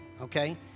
okay